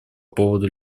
поводу